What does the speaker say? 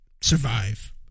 survive